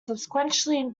subsequently